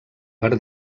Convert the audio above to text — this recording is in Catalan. per